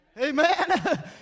Amen